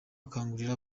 akangurira